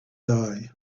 die